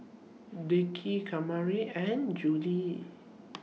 Dickie Kamari and Juli